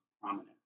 prominent